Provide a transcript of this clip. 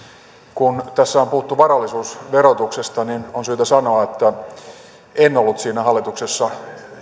kun tässä on on puhuttu varallisuusverotuksesta niin on syytä sanoa että en ollut siinä hallituksessa